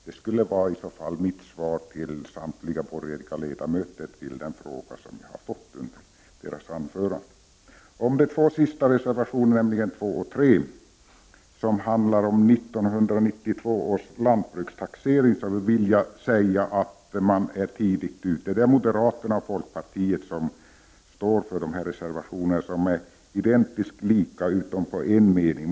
Detta får bli mitt svar till samtliga borgerliga ledamöter på den fråga som jag har fått i deras anföranden. Om de två sista reservationerna, nämligen nr 2 och nr 3, som handlar om 1992 års lantbrukstaxering, vill jag säga att jag tycker man är tidigt ute. Det är moderaterna och folkpartiet som står för dessa reservationer, som är identiskt lika så när som på en mening.